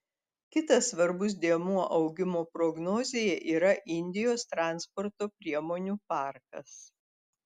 kitas svarbus dėmuo augimo prognozėje yra indijos transporto priemonių parkas